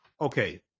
Okay